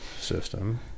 system